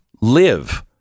live